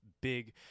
big